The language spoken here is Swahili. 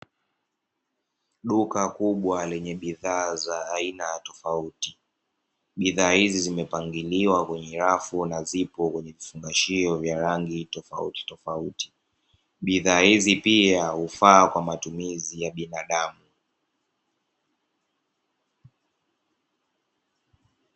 Duka kubwa lenye bidhaa za aina tofauti, bidhaa hizi zimepangiliwa kwenye rafu na zipo kwenye vifungashio vya rangi tofauti tofauti. Bidhaa hizi pia hufaa kwa matumizi ya binadamu.